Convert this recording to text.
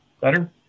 better